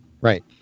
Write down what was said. Right